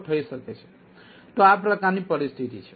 તો આ પ્રકાર ની પરિસ્થિતિ છે